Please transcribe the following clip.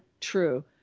true